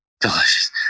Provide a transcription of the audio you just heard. Delicious